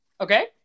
okay